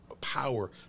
power